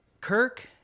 Kirk